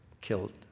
killed